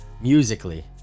musically